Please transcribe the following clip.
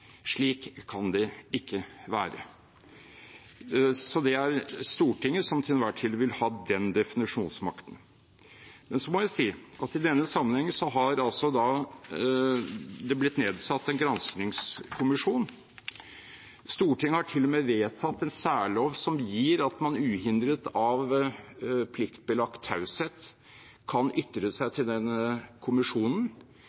Slik kan det ikke være. Det er Stortinget som til enhver tid vil ha den definisjonsmakten. Men så må jeg si at i denne sammenheng har det altså blitt nedsatt en granskingskommisjon. Stortinget har til og med vedtatt en særlov som gjør at man uhindret av pliktbelagt taushet kan ytre seg